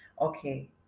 okay